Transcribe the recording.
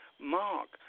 Mark